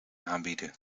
aanbieden